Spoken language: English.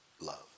love